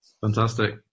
Fantastic